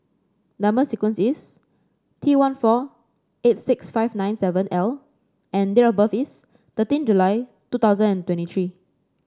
number sequence is T one four eight six five nine seven L and date of birth is thirteen July two thousand and twenty three